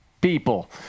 people